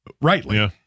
rightly